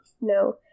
No